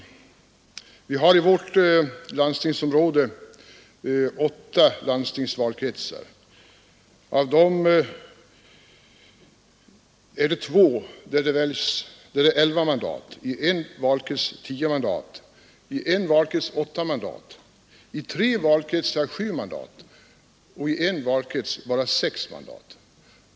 Vi har i vårt landstingsområde åtta landstingsvalkretsar. I två av dem är det elva mandat, i en valkrets tio mandat, i en valkrets åtta mandat, i tre valkretsar sju mandat och i en valkrets bara sex mandat.